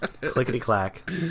Clickety-clack